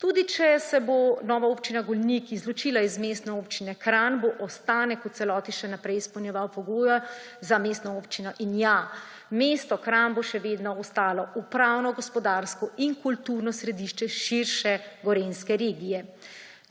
Tudi, če se bo nova občina Golnik izločila iz Mestne občine Kranj, bo ostanek v celoti še naprej v celoti izpolnjeval pogoje za mestno občino. In ja, mesto Kranj bo še vedno ostalo upravno, gospodarsko in kulturno središče širše gorenjske regije.